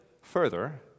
further